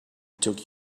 took